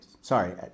Sorry